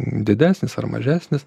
didesnis ar mažesnis